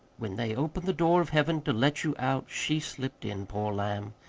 when they opened the door of heaven to let you out she slipped in, poor lamb.